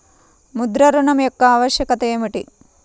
ముద్ర ఋణం యొక్క ఆవశ్యకత ఏమిటీ?